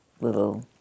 little